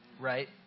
right